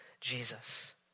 Jesus